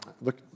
look